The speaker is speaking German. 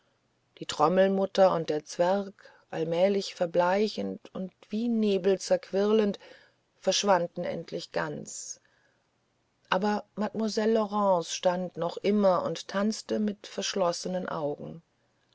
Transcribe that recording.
die trommelmutter und der zwerg allmählich verbleichend und wie nebel zerquirlend verschwanden endlich ganz aber mademoiselle laurence stand noch immer und tanzte mit verschlossenen augen